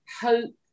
hope